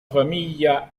famiglia